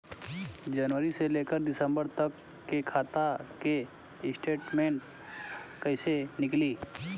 जनवरी से लेकर दिसंबर तक के खाता के स्टेटमेंट कइसे निकलि?